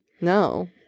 no